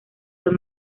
fue